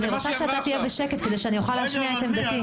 אני רוצה שתהיה בשקט כדי שאוכל להשמיע את עמדתי.